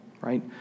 Right